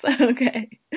Okay